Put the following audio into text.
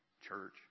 Church